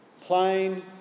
Plain